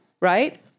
Right